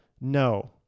No